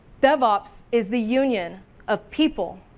devops is the union of people,